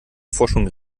forschung